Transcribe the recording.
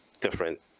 different